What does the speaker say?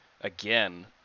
again